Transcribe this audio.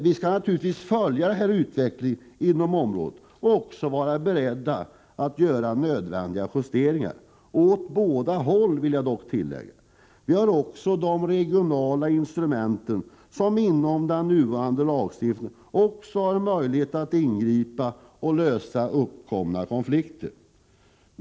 Vi skall naturligtvis följa utvecklingen inom det här området och också vara beredda att göra nödvändiga justeringar, åt båda håll. Vi har också genom de regionala instrument som finns inom ramen för den nuvarande lagstiftningen möjligheter att ingripa och lösa uppkomna konflikter.